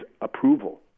approval